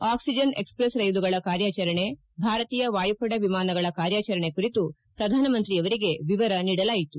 oxygen express ರೈಲುಗಳ ಕಾರ್ಯಾಚರಣೆ ಭಾರತೀಯ ವಾಯುಪಡೆ ವಿಮಾನಗಳ ಕಾರ್ಯಾಚರಣೆ ಕುರಿತು ಪ್ರಧಾನ ಮಂತ್ರಿ ಅವರಿಗೆ ವಿವರ ನೀಡಲಾಯಿತು